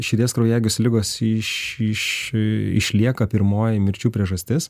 širdies kraujagyslių ligos iš iš išlieka pirmoji mirčių priežastis